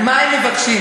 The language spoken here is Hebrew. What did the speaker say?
מה הם מבקשים?